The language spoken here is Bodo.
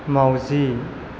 माउजि